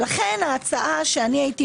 לכן ההצעה שלי,